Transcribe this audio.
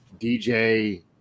DJ